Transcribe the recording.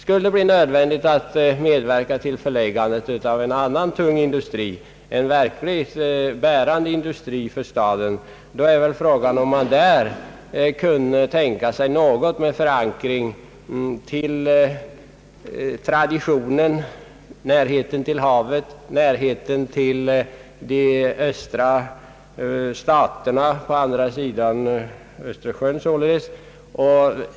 Skulle det bli nödvändigt att medverka till förläggandet till Oskarshamn av någon annan tung industri, som kunde bli en verkligt bärande faktor för staden, så uppkommer frågan, om det i så fall kunde komma i fråga något som hade förankring i den gamla traditionen: närheten till havet och närheten till staterna på andra sidan Östersjön.